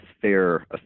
fair